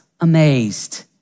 amazed